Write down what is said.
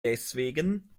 deswegen